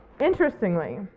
Interestingly